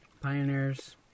pioneers